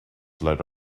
that